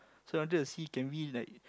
so I wanted to see can we like